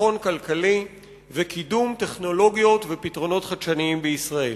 חיסכון כלכלי וקידום טכנולוגיות ופתרונות חדשניים בישראל.